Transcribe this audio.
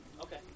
Okay